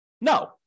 No